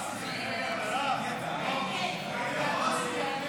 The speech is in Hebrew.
סעיף 2, כהצעת